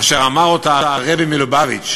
אשר אמר אותה הרבי מלובביץ',